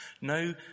no